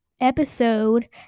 episode